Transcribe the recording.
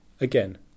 Again